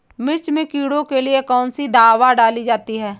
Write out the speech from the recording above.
मिर्च में कीड़ों के लिए कौनसी दावा डाली जाती है?